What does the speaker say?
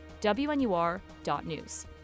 WNUR.news